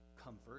comfort